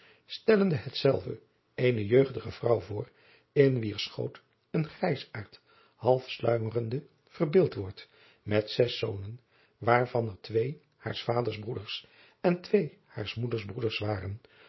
stellende hetzelve eene jeugdige vrouw voor in wier schoot een grijsaard half sluimerende verbeeld wordt met zes zonen waarvan er twee haars vaders broeders en twee haars moeders broeders waren